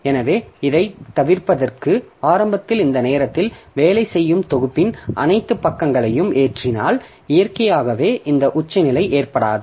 எனவே இதைத் தவிர்ப்பதற்கு ஆரம்பத்தில் இந்த நேரத்தில் வேலை செய்யும் தொகுப்பின் அனைத்து பக்கங்களையும் ஏற்றினால் இயற்கையாகவே இந்த உச்சநிலை ஏற்படாது